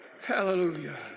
Hallelujah